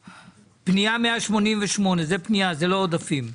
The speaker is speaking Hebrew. פנייה 188. זה פנייה, זה לא עודפים.